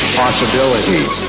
possibilities